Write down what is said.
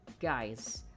guys